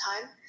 time